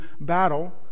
battle